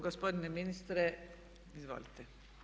Gospodine ministre izvolite.